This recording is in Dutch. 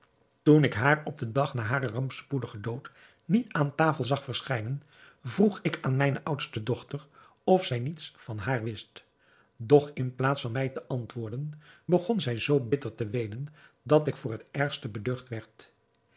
toen ik haar op den dag na haren rampspoedigen dood niet aan tafel zag verschijnen vroeg ik aan mijne oudste dochter of zij niets van haar wist doch in plaats van mij te antwoorden begon zij zoo bitter te weenen dat ik voor het ergste beducht werd